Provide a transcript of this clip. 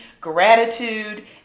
gratitude